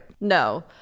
No